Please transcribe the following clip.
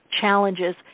Challenges